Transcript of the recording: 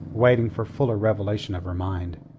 waiting for fuller revelation of her mind.